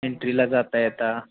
एन्ट्रीला जाता येता